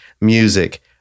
music